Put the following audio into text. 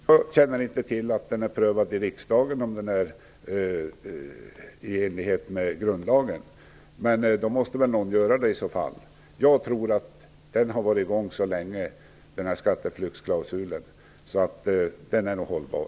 Fru talman! Jag känner inte till om det är prövat i riksdagen om klausulen är i enlighet med grundlagen. Då måste väl någon göra det i så fall. Denna skatteflyktsklausul har varit i gång så länge, så jag tror att den är hållbar.